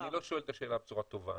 אני לא שואל את השאלה בצורה טובה.